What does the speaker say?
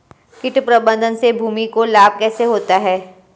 कीट प्रबंधन से भूमि को लाभ कैसे होता है?